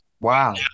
Wow